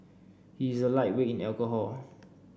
he is a lightweight in alcohol